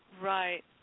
right